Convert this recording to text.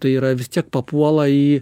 tai yra vis tiek papuola į